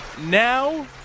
now